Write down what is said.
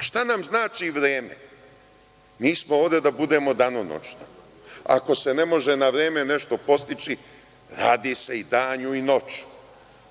Šta nam znači vreme. Mi smo ovde da budemo danonoćno. Ako se ne može na vreme nešto postići, radi se i danju i noću,